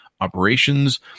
operations